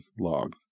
log